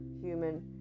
human